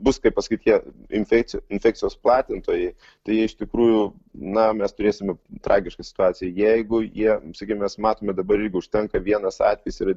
bus kaip pasakyt tie infekcijų infekcijos platintojai tai iš tikrųjų na mes turėsime tragišką situaciją jeigu jie sakykim matome dabar jeigu užtenka vienas atvejis yra